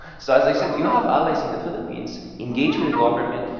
so as i said, you have allies in the philippines. engage with the government.